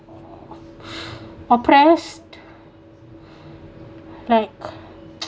oppressed like